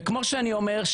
וכמו שאני אומר,